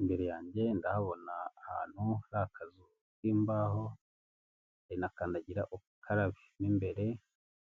Imbere yanjye ndahabona ahantu hari akazu k'imbaho hari na kandagira ukarabebere